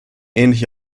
ähnliche